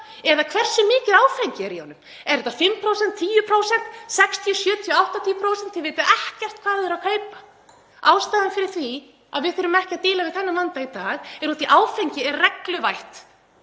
eða hversu mikið áfengi er í honum. Er það 5%, 10%, 60%, 70% eða 80%? Þið vitið ekkert hvað þið eruð að kaupa. Ástæðan fyrir því að við þurfum ekki að díla við þennan vanda í dag er að áfengi er regluvætt